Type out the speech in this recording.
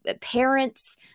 parents